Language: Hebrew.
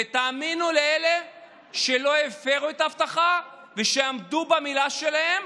ותאמינו לאלה שלא הפרו את ההבטחה ושעמדו במילה שלהם,